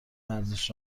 ورزش